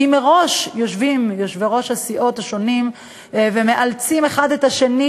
אם מראש יושבים יושבי-ראש הסיעות השונים ומאלצים אחד את השני,